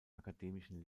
akademischen